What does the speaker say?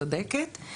נכון, גברתי צודקת.